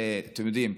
אתם יודעים,